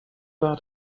out